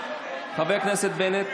חבר הכנסת בנט.